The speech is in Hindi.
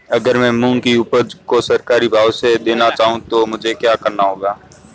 अगर मैं मूंग की उपज को सरकारी भाव से देना चाहूँ तो मुझे क्या करना होगा?